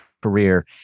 career